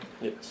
Yes